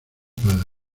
padre